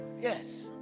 yes